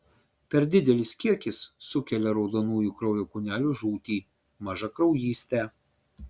per didelis kiekis sukelia raudonųjų kraujo kūnelių žūtį mažakraujystę